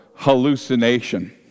hallucination